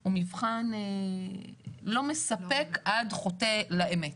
הוא מבחן לא מספק עד חוטא לאמת.